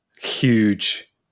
huge